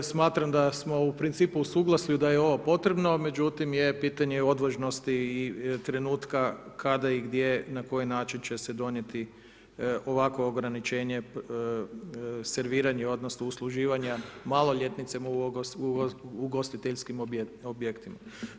Smatram da smo u principu u suglasju da je ovo potrebno, međutim je pitanje odvažnosti i trenutka kada i gdje na koji način se donijeti ovakvo ograničenje serviranja odnosno usluživanja maloljetnicima u ugostiteljskim objektima.